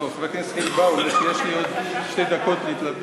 חבר הכנסת חיליק בר אומר שיש לי עוד שתי דקות להתלבט.